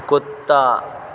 کتا